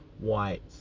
White